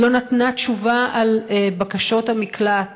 לא נתנה תשובה על בקשות המקלט